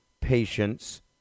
patience